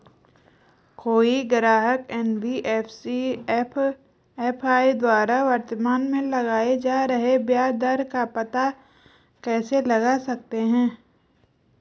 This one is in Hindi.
कोई ग्राहक एन.बी.एफ.सी एम.एफ.आई द्वारा वर्तमान में लगाए जा रहे ब्याज दर का पता कैसे लगा सकता है?